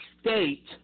state